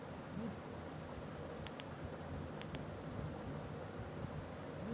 artificial selection মালুস লিজে পশু বাছে লিয়ে ক্যরে যেটতে ভাল সম্পদ পাউয়া যায়